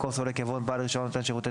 במקום "סולק" יבוא "בעל רישיון נותן שירותי